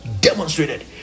demonstrated